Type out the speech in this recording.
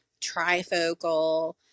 trifocal